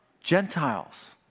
Gentiles